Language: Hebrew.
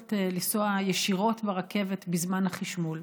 ביכולת לנסוע ישירות ברכבת בזמן החשמול.